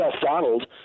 Donald